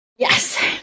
Yes